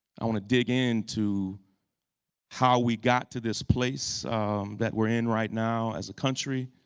i want to dig in to how we got to this place that we're in right now as a country.